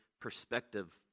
perspective